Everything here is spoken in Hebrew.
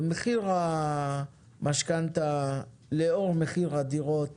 מחיר המשכנתא לאור מחיר הדירות